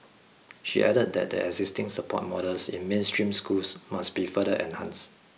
she added that the existing support models in mainstream schools must be further enhance